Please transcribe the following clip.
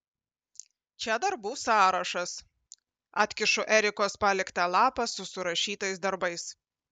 čia darbų sąrašas atkišu erikos paliktą lapą su surašytais darbais